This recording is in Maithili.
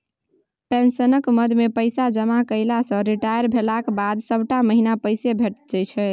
पेंशनक मदमे पैसा जमा कएला सँ रिटायर भेलाक बाद सभटा महीना पैसे भेटैत छै